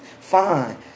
Fine